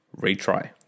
retry